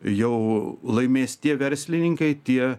jau laimės tie verslininkai tie